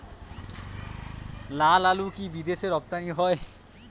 লালআলু কি বিদেশে রপ্তানি হয়?